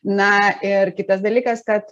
na ir kitas dalykas kad